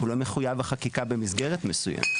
הוא לא מחויב בחקיקה במסגרת מסוימת.